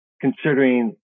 considering